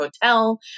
hotel